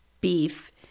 beef